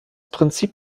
prinzip